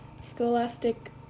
Scholastic